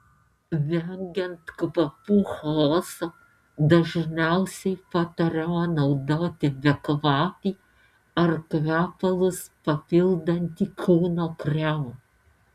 vengiant kvapų chaoso dažniausiai patariama naudoti bekvapį ar kvepalus papildantį kūno kremą